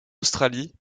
australie